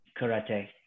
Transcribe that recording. karate